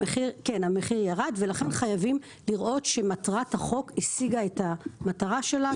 לכן חייבים לראות שהחוק השיג את המטרה שלו,